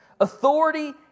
Authority